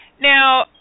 Now